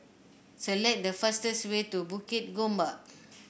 select the fastest way to Bukit Gombak